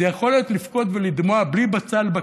זו יכולת לבכות ולדמוע בלי בצל בכיס.